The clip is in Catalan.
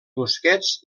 busquets